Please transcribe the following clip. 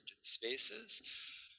spaces